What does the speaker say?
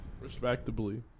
Respectably